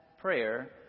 prayer